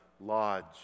lodge